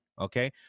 okay